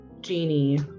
genie